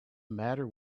matter